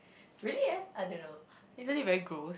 really eh I don't know